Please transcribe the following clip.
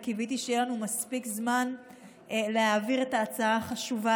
וקיוויתי שיהיה לנו מספיק זמן להעביר את ההצעה החשובה